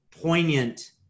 poignant